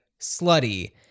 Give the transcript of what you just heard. slutty